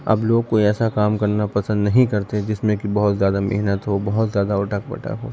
اب لوگ کوئی ایسا کام کرنا پسند نہیں کرتے جس میں کہ بہت زیادہ محنت ہو بہت زیادہ اٹھک پٹھک ہو